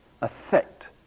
affect